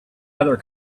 other